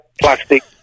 plastic